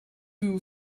too